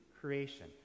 creation